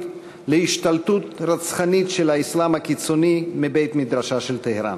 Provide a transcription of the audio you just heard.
להשתלטות רצחנית של האסלאם הקיצוני מבית-מדרשה של טהרן.